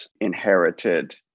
inherited